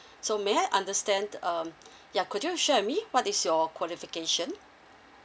so may I understand um ya could you share with me what is your qualification